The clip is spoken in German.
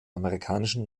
amerikanischen